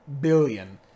billion